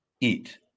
eat